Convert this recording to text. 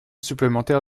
supplémentaire